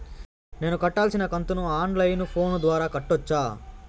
నేను కట్టాల్సిన కంతును ఆన్ లైను ఫోను ద్వారా కట్టొచ్చా?